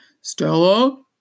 Stella